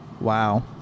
Wow